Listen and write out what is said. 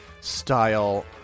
style